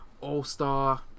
all-star